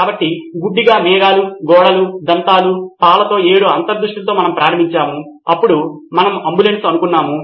కాబట్టి గుడ్డిగా మేఘాలు గోడలు దంతాలు పాలతో 7 అంతర్దృష్టులతో మనము ప్రారంభించాము అప్పుడు మనము అంబులెన్స్ అనుకున్నాము